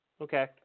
Okay